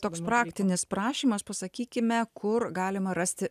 toks praktinis prašymas pasakykime kur galima rasti